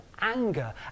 anger